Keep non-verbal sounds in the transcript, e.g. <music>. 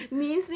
<breath>